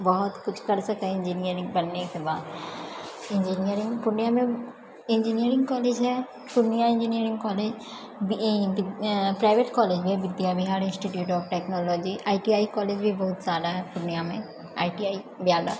बहुत किछु कर सकै इंजीनियर बननेके बाद इंजीनियरिंग पुर्णियामे इंजीनियरिंग कॉलेज है Purnia engineering college private college भी है Vidya Vihar institute of technology ITI college भी बहुत सारा है पुर्णियामे आइटीआइ ब्यालए